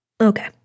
Okay